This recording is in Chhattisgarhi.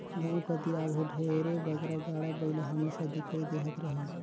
गाँव कती आघु ढेरे बगरा गाड़ा बइला हमेसा दिखई देहत रहिन